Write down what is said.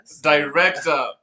director